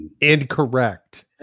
incorrect